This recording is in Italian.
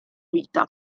vita